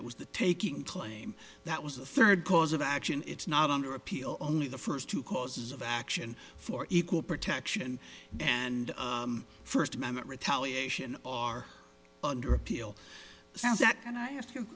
it was the taking claim that was the third cause of action it's not under appeal only the first two causes of action for equal protection and first amendment retaliation are under appeal